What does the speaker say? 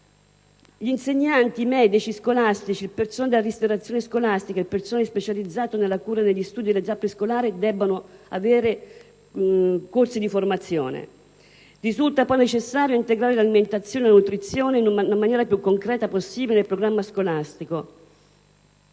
insegnanti, medici scolastici, personale della ristorazione scolastica, personale specializzato nella cura e negli studi dell'età prescolare debbono fare corsi di formazione. Risulta, quindi, necessario integrare l'alimentazione e la nutrizione nella maniera più concreta possibile nel programma scolastico;